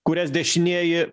kurias dešinieji